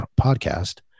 podcast